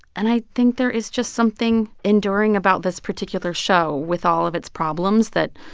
and i think there is just something enduring about this particular show, with all of its problems, that,